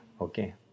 Okay